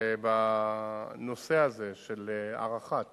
בנושא הזה של הארכת